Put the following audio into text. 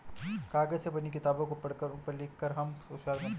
कागज से बनी किताबों को पढ़कर उन पर लिख कर हम होशियार बनते हैं